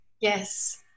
Yes